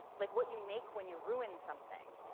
like, what you make when you ruin something.